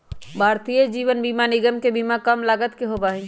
भारतीय जीवन बीमा निगम के बीमा कम लागत के होबा हई